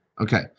Okay